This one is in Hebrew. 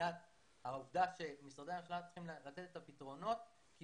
מבחינת העובדה שמשרדי הממשלה צריכים לתת את הפתרונות כי